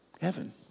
heaven